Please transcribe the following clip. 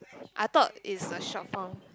I thought it's a short form